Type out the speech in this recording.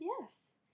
yes